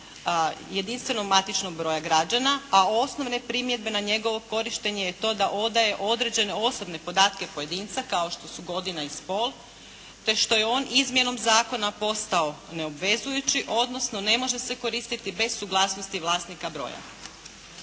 jedinstvenog matičnog broja građana a osnovne primjedbe na njegovo korištenje je to da odaje određene osobne podatke pojedinca kao što su godina i spol, te što je on izmjenom zakona postao neobvezujući, odnosno ne može se koristiti bez suglasnosti vlasnika broja.